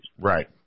Right